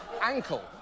ankle